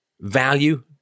value